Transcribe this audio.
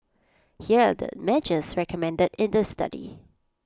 here are the measures recommended in the study